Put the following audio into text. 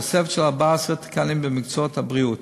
תוספת של 14 תקנים במקצועות הבריאות,